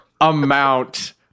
amount